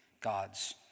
God's